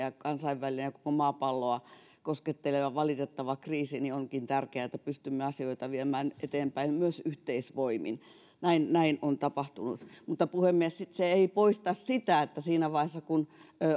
ja kansainvälinen ja koko maapalloa kosketteleva valitettava kriisi onkin tärkeää että pystymme asioita viemään eteenpäin myös yhteisvoimin näin näin on tapahtunut puhemies se ei poista sitä että kun